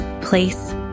place